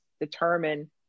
determine